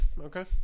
Okay